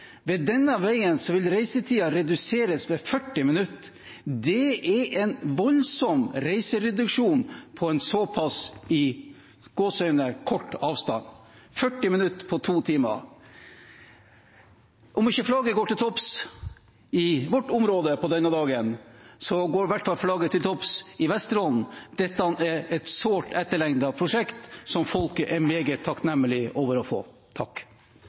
denne veien vil reisetiden reduseres med 40 minutter. Det er en voldsom reisereduksjon på en så pass «kort» avstand. Om ikke flagget går til topps i vårt område på denne dagen, går i hvert fall flagget til topps i Vesterålen. Dette er et sårt etterlengtet prosjekt som folket er meget takknemlige for å få.